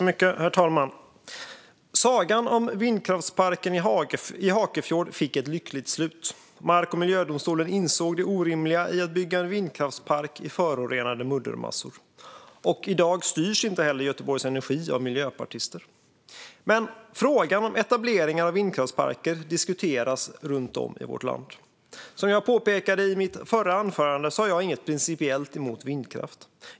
Herr talman! Sagan om vindkraftsparken i Hakefjord fick ett lyckligt slut. Mark och miljödomstolen insåg det orimliga i att bygga en vindkraftspark i förorenade muddermassor. I dag styrs inte heller Göteborg Energi av miljöpartister. Frågan om etableringar av vindkraftsparker diskuteras dock fortfarande runt om i vårt land. Som jag påpekade i mitt förra inlägg har jag inget principiellt emot vindkraft.